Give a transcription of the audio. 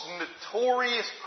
notorious